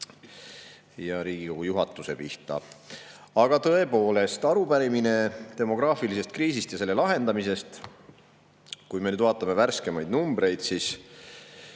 ja Riigikogu juhatuse pihta. Aga tõepoolest, arupärimine demograafilise kriisi ja selle lahendamise kohta. Vaatame värskemaid numbreid.